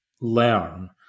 learn